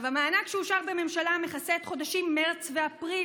המענק שאושר בממשלה מכסה את החודשים מרץ ואפריל.